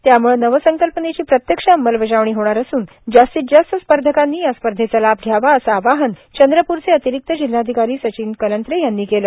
त्याम्ळं नवसंकल्पनेची प्रत्यक्ष अंमलबजावणी होणार असून जास्तीत जास्त स्पर्धकांनी या स्पर्धेचा लाभ घ्यावा असं आवाहन चंद्रप्रचे अतिरिक्त जिल्हाधिकारी सचिन कलंत्रे यांनी केलं